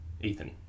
Ethan